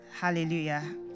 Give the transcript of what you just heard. Hallelujah